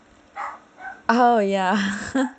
oh ya